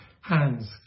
hands